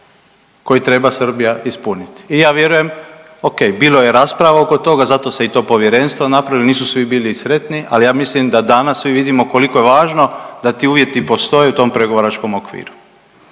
koji treba Srbija ispuniti. I ja vjerujem ok, bilo je rasprava oko toga zato se i to povjerenstvo napravilo, nisu svi bili i sretni, ali ja mislim da danas svi vidimo koliko je važno da ti uvjeti postoje u tom pregovaračkom okviru.